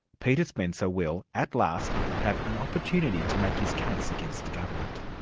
peter spencer will, at last, have an opportunity to make his case against the government.